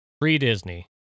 Pre-Disney